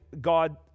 God